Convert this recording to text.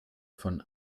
von